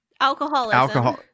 Alcoholism